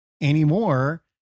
anymore